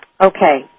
Okay